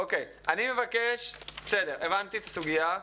אוקיי, הבנתי את הסוגיה.